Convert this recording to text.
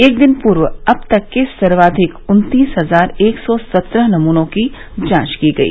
एक दिन पूर्व अब तक के सर्वाधिक उन्तीस हजार एक सौ सत्रह नमूनों की जांच की गई